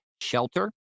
shelter